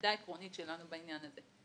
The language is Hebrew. והעמדה העקרונית שלנו בעניין הזה.